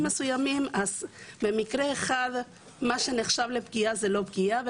מסוימים אז במקרה אחד מה שנחשב לפגיעה הוא לא פגיעה,